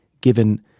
given